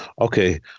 Okay